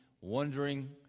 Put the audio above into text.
wondering